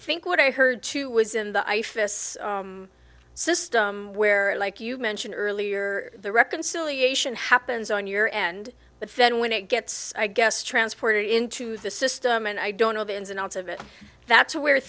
think what i heard too was in the ifas system where like you mentioned earlier the reconciliation happens on your end but then when it gets i guess transported into the system and i don't know the ins and outs of it that's w